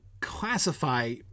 classify